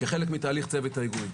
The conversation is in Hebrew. כחלק מתהליך צוות ההיגוי.